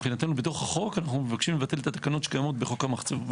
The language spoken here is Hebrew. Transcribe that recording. מבחינתנו בתוך החוק אנחנו מבקשים לבטל את התקנות שקיימות בחוק המחצבות,